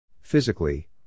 Physically